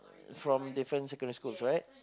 from different secondary schools right